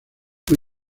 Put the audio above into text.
fue